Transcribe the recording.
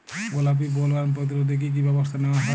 গোলাপী বোলওয়ার্ম প্রতিরোধে কী কী ব্যবস্থা নেওয়া হয়?